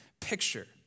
picture